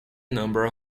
number